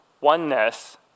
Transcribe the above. Oneness